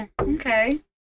Okay